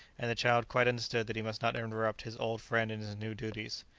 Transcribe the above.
and the child quite understood that he must not interrupt his old friend in his new duties.